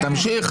תמשיך.